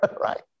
right